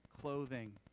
clothing